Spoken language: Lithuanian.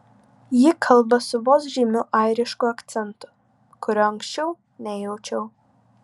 ji kalba su vos žymiu airišku akcentu kurio anksčiau nejaučiau